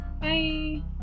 bye